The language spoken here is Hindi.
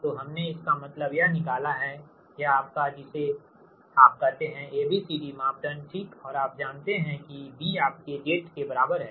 तो हमने इसका मतलब यह निकाला है यह आपका है जिसे आप कहते हैं A B C D मापदंड ठीक और आप जानते हैं कि B आपके Z के बराबर है